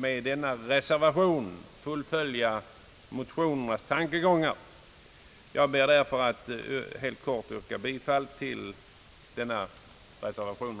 Med denna reservation vill vi därför fullfölja motionärernas tankegångar. Jag ber att helt kort få yrka bifall till reservation I.